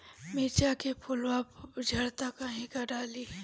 मिरचा के फुलवा झड़ता काहे का डाली?